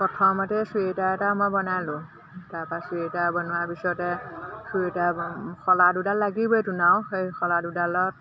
প্ৰথমতে চুৱেটাৰ এটা মই বনালোঁ তাৰপা চুৱেটাৰ বনোৱাৰ পিছতে চুৱেটাৰ শলা দুডাল লাগিবই সেই শলা দুডালত